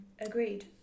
Agreed